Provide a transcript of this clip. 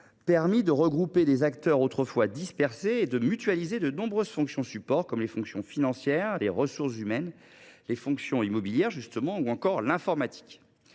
permis de regrouper des acteurs autrefois dispersés et de mutualiser de nombreuses fonctions support, comme les fonctions financières, les ressources humaines, les fonctions immobilières ou encore l’informatique.